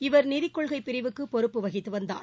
இவர் நிதிக்கொள்கைபிரிவுக்குபொறுப்பு வகித்துவந்தார்